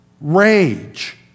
rage